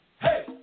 Hey